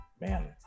man